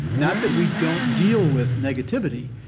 not that we don't deal with negativity.